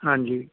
ਹਾਂਜੀ